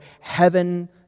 heaven